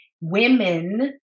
Women